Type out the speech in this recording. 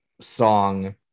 Song